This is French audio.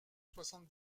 soixante